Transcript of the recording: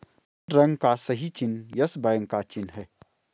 लाल रंग का सही चिन्ह यस बैंक का चिन्ह है